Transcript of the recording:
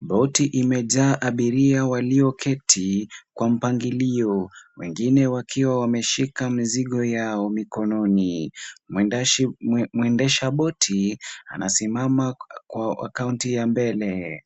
Boti limejaa abiria walioketi kwa mpangilio, wengine wakiwa wameshika mizigo yao mikononi, mwendesha boti anasimama kwa akaunti ya mbele.